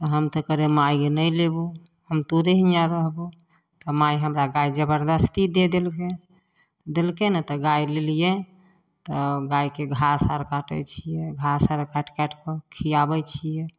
हम तऽ कहलियै मायगे नहि लेबौ हम तोरे हियाँ रहबौ माय हमरा गाय जबरदस्ती दे देलकै देलकै ने तऽ गाय लेलियै तऽ गायके घास आर काटै छियै घास आर काटि काटि कऽ खियाबै छियै